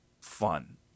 fun